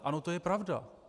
Ano, to je pravda.